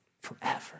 forever